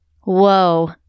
Whoa